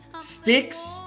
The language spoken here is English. Sticks